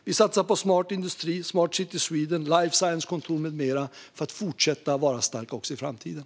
Vi satsar på Smart industri, Smart City Sweden, life science-kontor med mera, för att fortsätta vara starka också i framtiden.